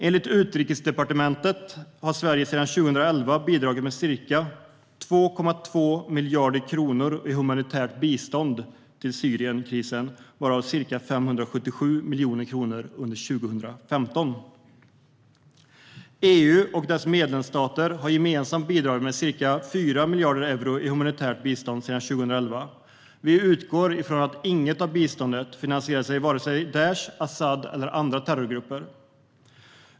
Enligt Utrikesdepartementet har Sverige sedan 2011 bidragit med ca 2,2 miljarder kronor i humanitärt bistånd till Syrienkrisen, varav ca 577 miljoner kronor under 2015. EU och dess medlemsstater har gemensamt bidragit med ca 4 miljarder euro i humanitärt bistånd sedan 2011. Vi utgår från att inget av biståndet finansierar vare sig Daish, Asad eller andra terrorgrupper.